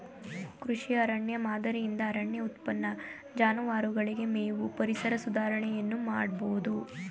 ಕೃಷಿ ಅರಣ್ಯ ಮಾದರಿಯಿಂದ ಅರಣ್ಯ ಉತ್ಪನ್ನ, ಜಾನುವಾರುಗಳಿಗೆ ಮೇವು, ಪರಿಸರ ಸುಧಾರಣೆಯನ್ನು ಮಾಡಬೋದು